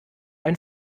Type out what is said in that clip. ein